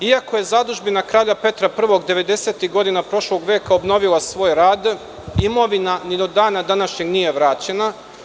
Iako je zadužbina Kralja Petra I 90-ih godina prošlog veka obnovila svoj rad, imovina ni do dana današnjeg nije vraćena.